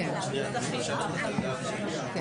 אפשרות שנייה, להגיד: